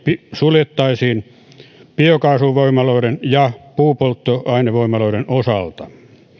suljettaisiin biokaasuvoimaloiden ja puupolttoainevoimaloiden osalta